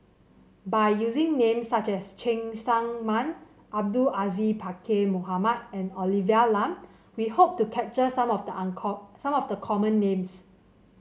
by using names such as Cheng Tsang Man Abdul Aziz Pakkeer Mohamed and Olivia Lum we hope to capture some of the uncle some of the common names